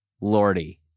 Lordy